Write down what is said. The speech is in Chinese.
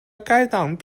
该党